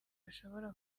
bashobora